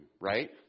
right